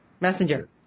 Messenger